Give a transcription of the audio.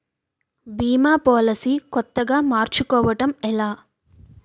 భీమా policy కొత్తగా మార్చుకోవడం ఎలా?